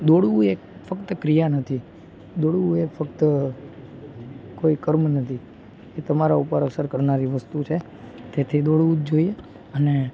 દોડવું એ ફક્ત ક્રિયા નથી દોડવું એ ફક્ત કોઈ કર્મ નથી એ તમારા ઉપર અસર કરનારી વસ્તુ છે તેથી દોડવું જ જોઈએ અને